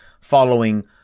following